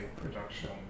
production